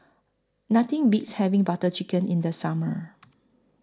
Nothing Beats having Butter Chicken in The Summer